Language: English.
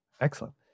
Excellent